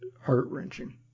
heart-wrenching